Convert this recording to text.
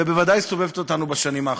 ובוודאי סובבת אותנו בשנים האחרונות,